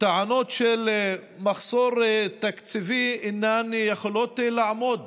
טענות של מחסור תקציבי אינן יכולות לעמוד